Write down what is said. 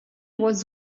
was